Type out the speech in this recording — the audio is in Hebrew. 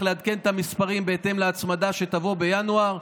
לעדכן את המספרים בהתאם להצמדה שתבוא בינואר.